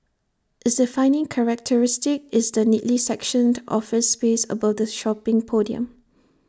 its defining characteristic is the neatly sectioned office space above the shopping podium